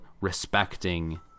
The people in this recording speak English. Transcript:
respecting